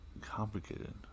complicated